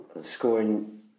scoring